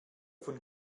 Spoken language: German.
von